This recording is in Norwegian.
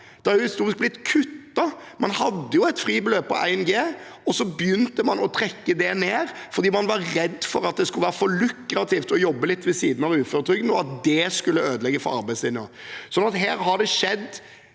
Det har historisk sett blitt kuttet. Man hadde jo et fribeløp på 1 G, og så begynte man å trekke det ned fordi man var redd for at det skulle være for lukrativt å jobbe litt ved siden av uføretrygden, og at det skulle ødelegge for arbeidslinjen. Så her har det i